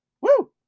Woo